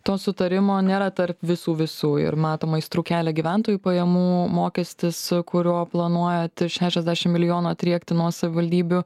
to sutarimo nėra tarp visų visų ir matomai aistrų kelia gyventojų pajamų mokestis kurio planuojate šešiasdešim milijonų atriekti nuo savivaldybių